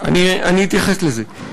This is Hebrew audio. אני אתייחס לזה.